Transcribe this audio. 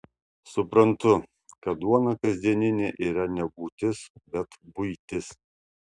suprantu kad duona kasdieninė yra ne būtis bet buitis